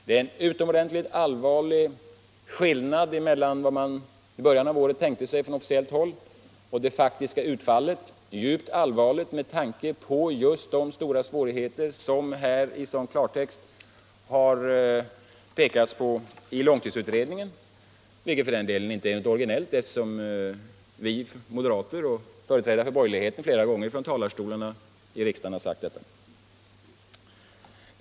Det är en utomordentligt allvarlig skillnad mellan vad man i början av året tänkte sig på officiellt håll och det faktiska utfallet — djupt allvarlig med hänsyn just till de stora svå righeter som långtidsutredningen i sådan klartext har pekat på. Detta är för den delen inte något originellt, eftersom vi moderater och företrädare för borgerligheten flera gånger har sagt det från riksdagens talarstol.